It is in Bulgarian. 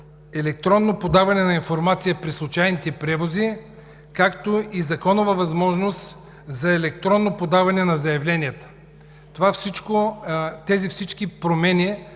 електронно подаване на информация при случайните превози, както и законова възможност за електронно подаване на заявленията. Всички тези промени